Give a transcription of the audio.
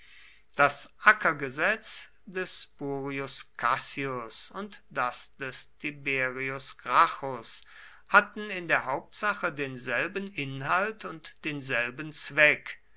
das ackergesetz des spurius cassius und das des tiberius gracchus hatten in der hauptsache denselben inhalt und denselben zweck